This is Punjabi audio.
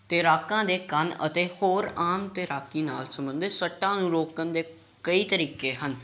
ਤੈਰਾਕਾਂ ਦੇ ਕੰਨ ਅਤੇ ਹੋਰ ਆਮ ਤੈਰਾਕੀ ਨਾਲ ਸੰਬੰਧਿਤ ਸੱਟਾਂ ਨੂੰ ਰੋਕਣ ਦੇ ਕਈ ਤਰੀਕੇ ਹਨ